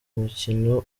mukino